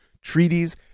treaties